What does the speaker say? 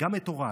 גם את הוריי,